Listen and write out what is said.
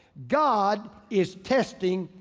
god is testing,